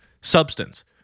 substance